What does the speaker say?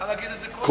היה להגיד את זה קודם.